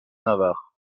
navarre